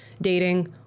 dating